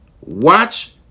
watch